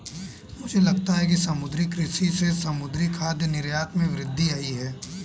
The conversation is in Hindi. मुझे लगता है समुद्री कृषि से समुद्री खाद्य निर्यात में वृद्धि आयी है